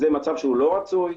זה מצב שלא רצוי.